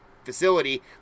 facility